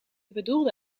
bedoelde